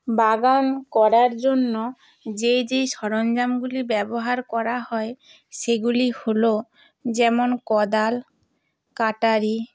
বাগান করার জন্য যেই যেই সরঞ্জামগুলি ব্যবহার করা হয় সেগুলি হলো যেমন কোদাল কাটারি